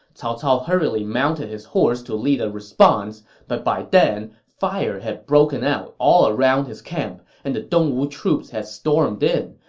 cao cao hurriedly mounted his horse to lead a response, but by now, fire had broken out all around his camp, and the dongwu troops had stormed in.